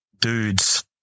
dudes